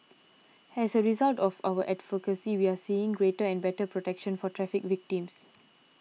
and as a result of our advocacy we're seeing greater and better protection for traffic victims